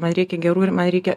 man reikia gerų ir man reikia